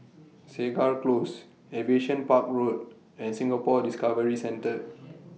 Segar Close Aviation Park Road and Singapore Discovery Centre